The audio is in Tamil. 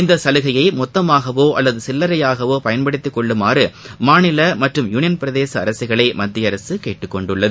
இந்த சலுகையை மொத்தமாகவோ அல்லது சில்லறையாகவோ பயன்படுத்திக் கொள்ளுமாறு மாநில மற்றும் யூனியன் பிரதேச அரசுகளை மத்திய அரசு கேட்டுக்கொண்டுள்ளது